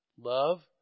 love